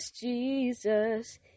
Jesus